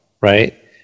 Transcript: right